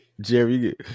Jerry